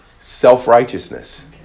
Self-righteousness